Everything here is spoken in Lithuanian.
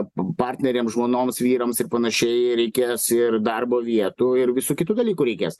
partneriams žmonoms vyrams ir panašiai reikės ir darbo vietų ir visų kitų dalykų reikės